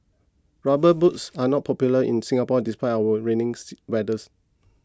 rubber boots are not popular in Singapore despite our rainy weathers